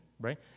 right